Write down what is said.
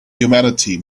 humanity